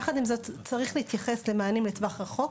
יחד עם זה, צריך להתייחס למענים לטווח רחוק,